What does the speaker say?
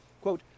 quote